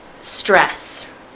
stress